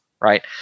right